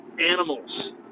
animals